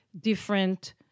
different